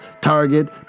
Target